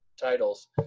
titles